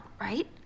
right